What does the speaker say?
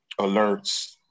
alerts